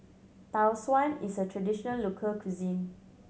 Tau Suan is a traditional local cuisine